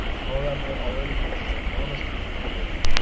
colorado already faces enormous teacher shortage,